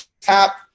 tap